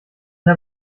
der